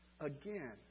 Again